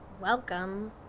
Welcome